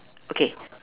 okay